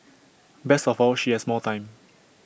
best of all she has more time